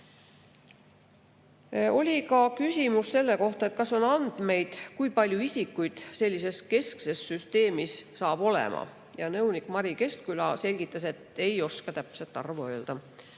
Oli ka küsimus selle kohta, kas on andmeid, kui palju isikuid sellises keskses süsteemis saab olema. Nõunik Mari Keskküla selgitas, et ta ei oska täpset arvu öelda.